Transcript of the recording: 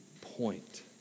point